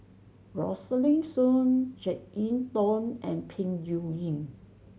Rosaline Soon Jek Yeun Thong and Peng Yuyun